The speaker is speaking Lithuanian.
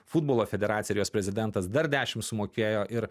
futbolo federacija ir jos prezidentas dar dešimt sumokėjo ir